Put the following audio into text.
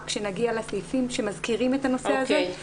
כשנגיע לסעיפים שמזכירים את הנושא הזה,